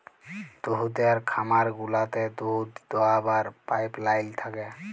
দুহুদের খামার গুলাতে দুহুদ দহাবার পাইপলাইল থ্যাকে